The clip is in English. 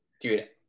dude